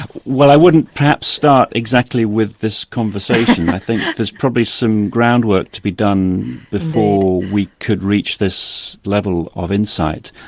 well i wouldn't perhaps start exactly with this conversation i think there's probably some groundwork to be done before we could reach this level of insight.